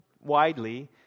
widely